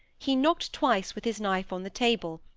he knocked twice with his knife on the table,